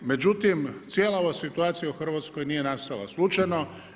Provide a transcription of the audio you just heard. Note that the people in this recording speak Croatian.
Međutim, cijela ova situacija u Hrvatskoj nije nastala slučajno.